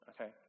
okay